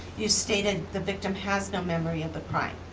you stated the victim has no memory of the crime.